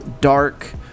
dark